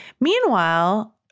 meanwhile